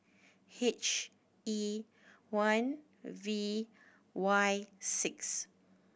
H E one V Y six